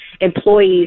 employees